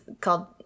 called